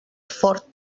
fort